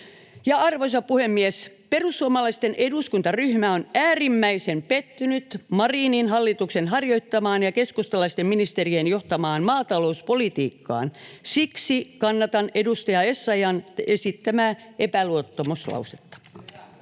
Arvoisa puhemies! Perussuomalaisten eduskuntaryhmä on äärimmäisen pettynyt Marinin hallituksen harjoittamaan ja keskustalaisten ministerien johtamaan maatalouspolitiikkaan. Siksi kannatan edustaja Essayah’n esittämää epäluottamuslausetta.